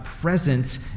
presence